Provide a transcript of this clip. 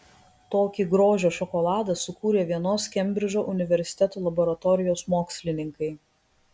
tokį grožio šokoladą sukūrė vienos kembridžo universiteto laboratorijos mokslininkai